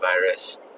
virus